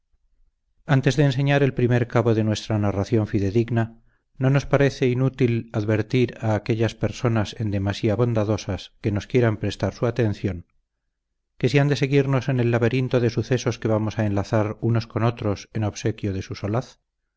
antes de enseñar el primer cabo de nuestra narración fidedigna no nos parece inútil advertir a aquellas personas en demasía bondadosas que nos quieran prestar su atención que si han de seguirnos en el laberinto de sucesos que vamos a enlazar unos con otros en obsequio de su solaz